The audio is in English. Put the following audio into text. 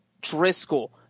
Driscoll